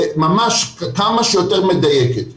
ממש, כמה שיותר מדויקת.